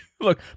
Look